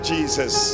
Jesus